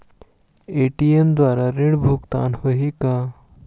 ATM द्वारा ऋण भुगतान होही का?